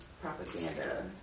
propaganda